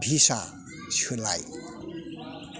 visa सोलाय